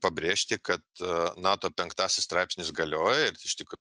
pabrėžti kad nato penktasis straipsnis galioja ir iš tik